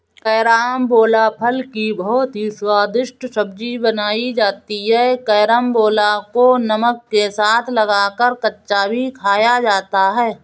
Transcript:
carambola फल की बहुत ही स्वादिष्ट सब्जी बनाई जाती है कैरमबोला को नमक के साथ लगाकर कच्चा भी खाया जाता है